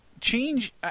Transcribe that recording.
change